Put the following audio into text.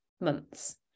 months